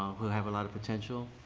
who have a lot of potential.